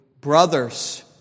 brothers